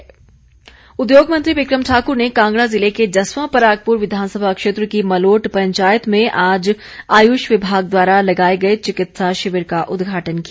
बिक्रम ठाकुर उद्योग मंत्री बिक्रम ठाकुर ने कांगड़ा जिले के जसवां परागपुर विधानसभा क्षेत्र की मलोट पंचायत में आज आयुष विभाग द्वारा लगाए गए चिकित्सा शिविर का उद्घाटन किया